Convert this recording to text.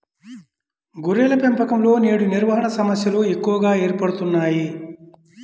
గొర్రెల పెంపకంలో నేడు నిర్వహణ సమస్యలు ఎక్కువగా ఏర్పడుతున్నాయి